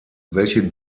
welche